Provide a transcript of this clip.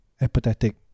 apathetic